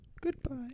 Goodbye